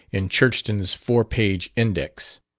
in churchton's four-page index.